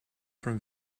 from